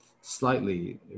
slightly